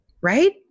Right